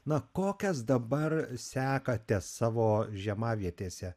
na kokias dabar sekate savo žiemavietėse